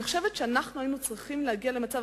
אני חושבת שהיינו צריכים להגיע למצב,